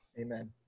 Amen